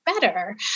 better